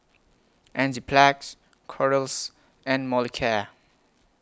Enzyplex Kordel's and Molicare